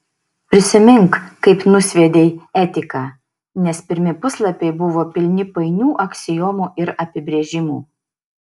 prisimink kaip nusviedei etiką nes pirmi puslapiai buvo pilni painių aksiomų ir apibrėžimų